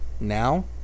now